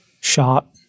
shot